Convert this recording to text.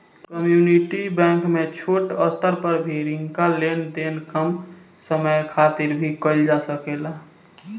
community bank में छोट स्तर पर भी रिंका लेन देन कम समय खातिर भी कईल जा सकेला